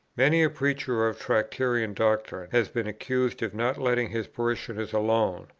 many a preacher of tractarian doctrine has been accused of not letting his parishioners alone,